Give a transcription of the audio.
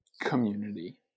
community